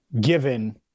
given